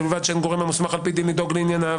ובלבד שאין גורם המוסמך על פי דין לדאוג לענייניו,